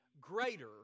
greater